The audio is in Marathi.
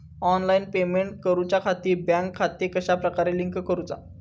ऑनलाइन पेमेंट करुच्याखाती बँक खाते कश्या प्रकारे लिंक करुचा?